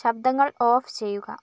ശബ്ദങ്ങൾ ഓഫ് ചെയ്യുക